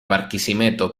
barquisimeto